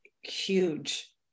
huge